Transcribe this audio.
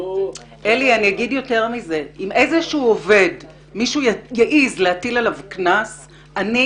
אני אגיד יותר מזה: אם איזשהו עובד מישהו יעיז להטיל עליו קנס אני